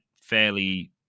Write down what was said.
fairly